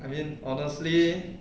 I mean honestly